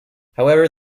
however